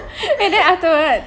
wait then afterwards